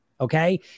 Okay